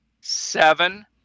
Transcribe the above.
seven